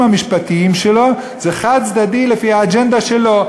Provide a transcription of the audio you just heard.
המשפטיים שלו הם חד-צדדיים לפי האג'נדה שלו,